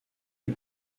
les